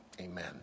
amen